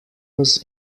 was